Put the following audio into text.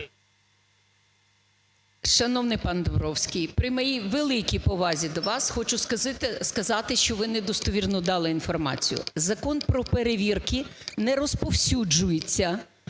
Шановний пан Домбровський, при моїй великій повазі до вас, хочу сказати, що ви недостовірну дали інформацію. Закон про перевірки не розповсюджується